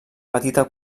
petita